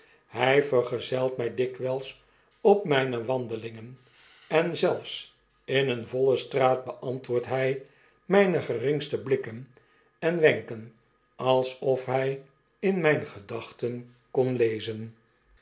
hy vergezelt my dikwijls op mijne wandelingen en zelfs in eene voile straat beantwoordt hy mijae geringste blikken en wenken alsof hy in myn gedachten kon lezen